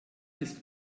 ist